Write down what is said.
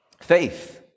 faith